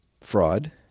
fraud